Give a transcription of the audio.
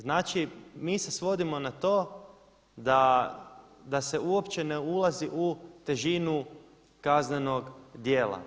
Znači, mi se svodimo na to da se uopće ne ulazi u težinu kaznenog djela.